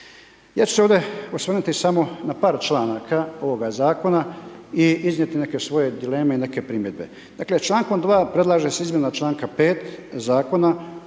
Ja ću se ovdje osvrnuti samo na par članaka ovoga zakona i iznijeti neke svoje dileme i neke primjedbe. Dakle člankom 2. predlaže se izmjena članka 5. Zakona